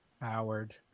Howard